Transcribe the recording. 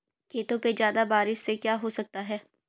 खेतों पे ज्यादा बारिश से क्या हो सकता है?